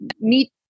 meet